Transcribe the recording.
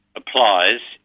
applies,